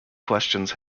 questions